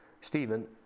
Stephen